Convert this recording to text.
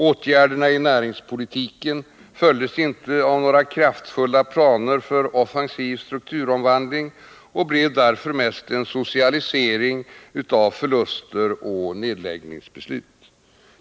Åtgärderna i näringspolitiken följdes inte av några kraftfulla planer för offensiv strukturomvandling och blev därför mest en socialisering av förluster och nedläggningsbeslut.